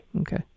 Okay